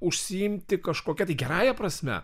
užsiimti kažkokia tai gerąja prasme